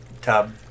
tub